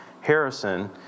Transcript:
Harrison